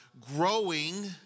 Growing